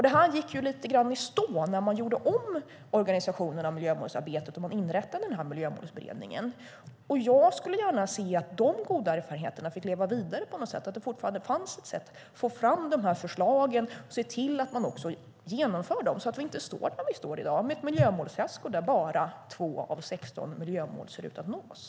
Detta gick lite grann i stå när man gjorde om organisationen av miljömålsarbetet och inrättade denna miljömålsberedning. Jag skulle gärna se att dessa goda erfarenheter fick leva vidare på något sätt så att det fortfarande finns ett sätt att få fram dessa förslag och att man ser till att också genomföra dem så att vi inte står där vi står i dag med ett miljömålsfiasko där bara 2 av 16 miljömål ser ut att nås.